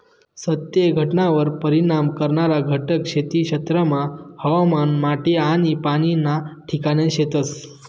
सत्य घटनावर परिणाम करणारा घटक खेती क्षेत्रमा हवामान, माटी आनी पाणी ना ठिकाणे शेतस